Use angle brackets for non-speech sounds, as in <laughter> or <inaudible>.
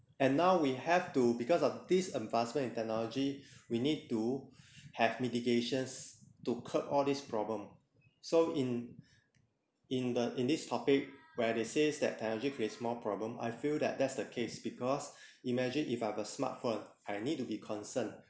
and now we have to because of these advancement in technology <breath> we need to <breath> have medications to curb all this problem so in in the in this topic where they says that technology creates more problem I feel that that's the case because <breath> imagine if I have a smart phone I need to be concern